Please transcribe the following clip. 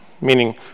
meaning